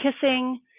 kissing